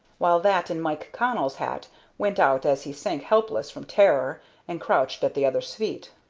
while that in mike connell's hat went out as he sank helpless from terror and crouched at the other's feet.